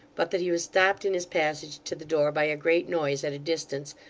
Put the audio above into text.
but that he was stopped in his passage to the door by a great noise at a distance,